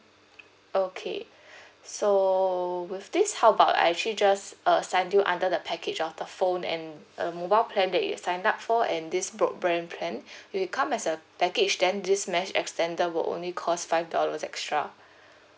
okay so with this how about I actually just uh send you under the package of the phone and uh mobile plan that you'd signed up for and this broadband plan if it come as a package then this mesh extender would only cost five dollars extra